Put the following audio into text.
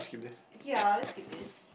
ya let's skip this